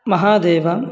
महादेवः